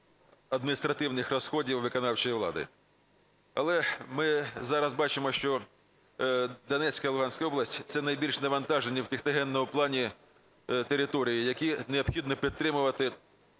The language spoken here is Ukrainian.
адміністративних розходів виконавчої влади. Але ми зараз бачимо, що Донецька, Луганська область – це найбільш навантажені в техногенному плані території, які необхідно підтримувати.